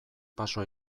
paso